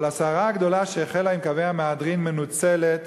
אבל הסערה הגדולה שהחלה עם קווי המהדרין מנוצלת